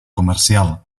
comercial